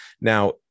Now